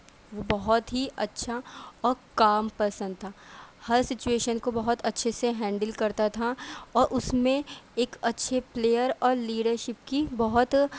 وہ بہت ہی اچھا اور کام پسند تھا ہر سچویشن کو بہت اچھے سے ہینڈل کرتا تھا اور اس میں ایک اچھے پلیئر اور لیڈرشپ کی بہت